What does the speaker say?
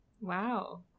wow